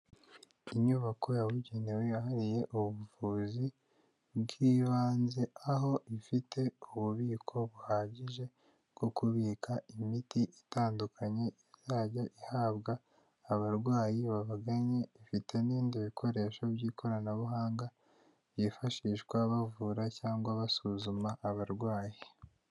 Inyubako yabugenewe yahariwe ubuvuzi bw'ibanze aho ifite ububiko buhagije bwo kubika imiti itandukanye izajya ihabwa abarwayi bavuganye, ifite n'ibindi bikoresho by'ikoranabuhanga byifashishwa bavura cyangwa basuzuma abarwayi.